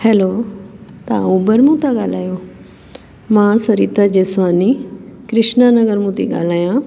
hello तव्हां उबर मां था ॻाल्हायो मां सरिता जेसवानी कृष्नानगर मां थी ॻाल्हायां